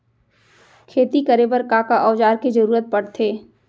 खेती करे बर का का औज़ार के जरूरत पढ़थे?